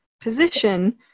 position